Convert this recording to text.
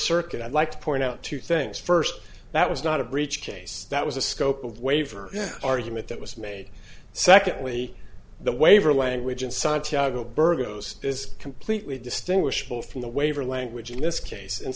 circuit i'd like to point out two things first that was not a breach case that was a scope of waiver yeah argument that was made secondly the waiver language in santiago burgos is completely distinguishable from the waiver language in this case